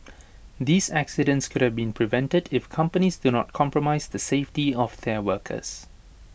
these accidents could have been prevented if companies do not compromise the safety of their workers